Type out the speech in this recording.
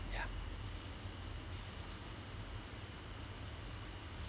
yeah